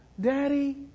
Daddy